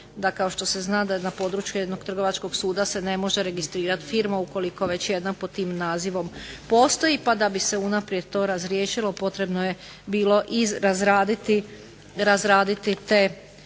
da kao što se zna da na području jednog trgovačkog suda se ne može registrirati firma ukoliko već jedna pod tim nazivom postoji, pa da bi se unaprijed to razriješilo potrebno je bilo i razraditi te odredbe.